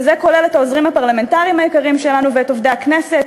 וזה כולל את העוזרים הפרלמנטריים היקרים שלנו ואת עובדי הכנסת,